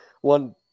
one